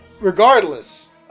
regardless